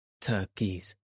turkeys